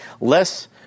less